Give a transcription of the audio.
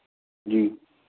ਜੀ